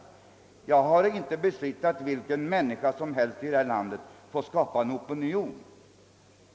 Jag har inte bestritt att varje människa i detta land har rätt att skapa en opinion.